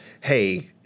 hey